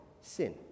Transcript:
sin